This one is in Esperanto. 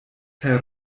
kaj